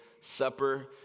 Supper